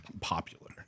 popular